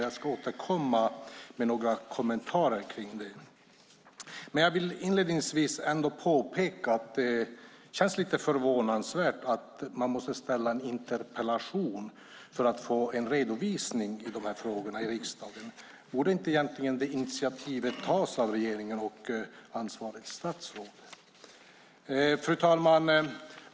Jag ska återkomma med några kommentarer kring det. Jag vill inledningsvis ändå påpeka att det känns lite förvånande att man måste ställa en interpellation för att få en redovisning av de här frågorna i riksdagen. Borde inte egentligen det initiativet tas av regeringen och ansvarigt statsråd? Fru talman!